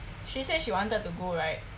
she said she wanted to go right